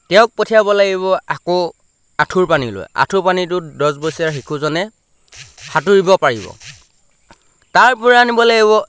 তেওঁক পঠিয়াব লাগিব আকৌ আঁঠুৰ পানী লৈ আঁঠুৰ পানীটো দছ বছৰীয়া শিশুজনে সাঁতুৰিব পাৰিব তাৰপৰা আনিব লাগিব